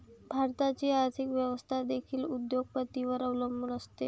भारताची आर्थिक व्यवस्था देखील उद्योग पतींवर अवलंबून आहे